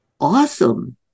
awesome